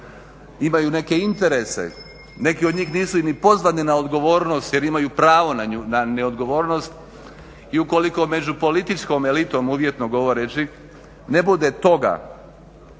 Imaju neke interese, neki od nijh nisu ni pozvani na odgovornost jer imaju pravo na neodgovornost i ukoliko među političkom elitom uvjetno govoreći ne bude toga